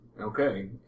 Okay